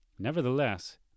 Nevertheless